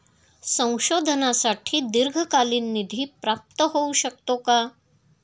संशोधनासाठी दीर्घकालीन निधी प्राप्त होऊ शकतो का?